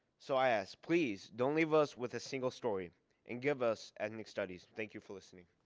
so i ask. please don't leave us with a single story and give us ethnic studies. thank you for listening.